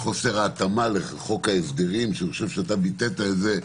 חוסר ההתאמה לחוק ההסדרים שאני חושב שאתה ביטאת את זה,